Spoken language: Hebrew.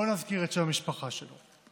לא נזכיר את שם המשפחה שלו.